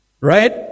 Right